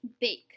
Bake